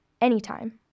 anytime